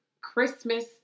Christmas